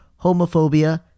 homophobia